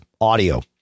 audio